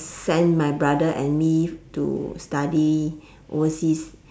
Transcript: send my brother and me to study overseas